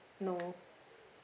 no